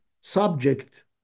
subject